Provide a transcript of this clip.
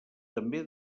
també